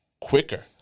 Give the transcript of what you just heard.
quicker